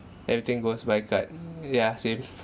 everything goes by card mm yeah same